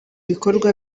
bikorwa